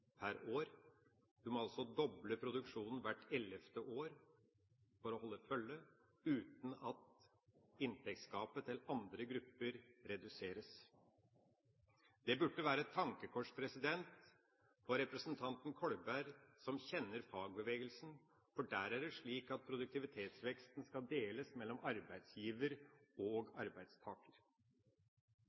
per år. Du må altså doble produksjonen hvert ellevte år for å holde følge, uten at inntektsgapet til andre grupper reduseres. Det burde være et tankekors for representanten Kolberg, som kjenner fagbevegelsen, for der er det slik at produktivitetsveksten skal deles av arbeidsgiver og arbeidstaker.